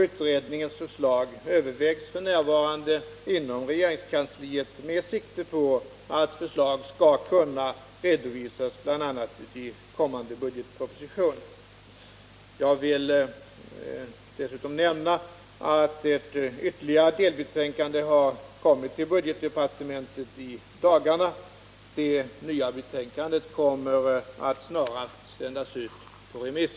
Utredningens förslag övervägs f. n. inom regeringskansliet med sikte på att förslag skall kunna redovisas bl.a. i kommande budgetproposition. Jag vill vidare nämna att ett ytterligare delbetänkande har inkommit till budgetdepartementet i dagarna. Det nya betänkandet kommer att snarast sändas ut på remiss.